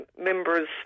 members